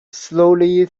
slowly